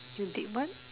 you did what